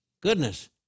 Goodness